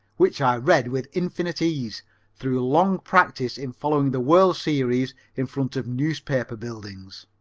which i read with infinite ease through long practise in following the world series in front of newspaper buildings.